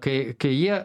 kai kai jie